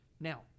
now